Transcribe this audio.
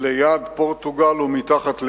ליד פורטוגל ומתחת יוון.